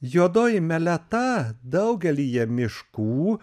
juodoji meleta daugelyje miškų